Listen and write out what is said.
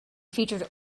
featured